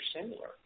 similar